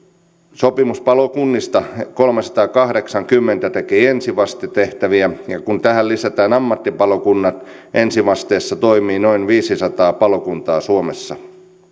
sopimuspalokunnista kolmesataakahdeksankymmentä tekee ensivastetehtäviä ja kun tähän lisätään ammattipalokunnat ensivasteessa toimii noin viisisataa palokuntaa suomessa